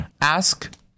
Ask